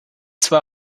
zwar